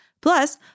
Plus